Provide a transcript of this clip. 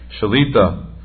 Shalita